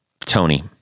Tony